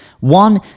one